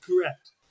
Correct